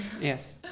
Yes